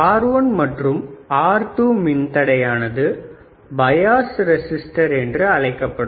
R1 மற்றும் R2 மின்தடை ஆனது பயாஸ் ரெசிஸ்டர் என்று அழைக்கப்படும்